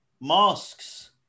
masks